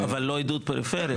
אבל לא עידוד פריפריה.